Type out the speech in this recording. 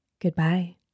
Goodbye